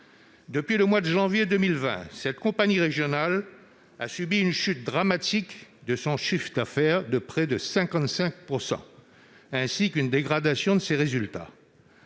Depuis le mois de janvier 2020, cette compagnie régionale a subi une chute dramatique de son chiffre d'affaires, de près de 55 %, ainsi qu'une dégradation de ses résultats.